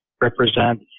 represent